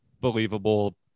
believable